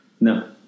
No